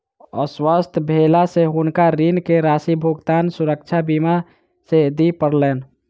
अस्वस्थ भेला से हुनका ऋण के राशि भुगतान सुरक्षा बीमा से दिय पड़लैन